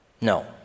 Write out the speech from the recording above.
No